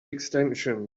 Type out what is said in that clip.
extension